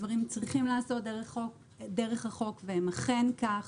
הדברים צריכים להיעשות דרך החוק והם אכן כך.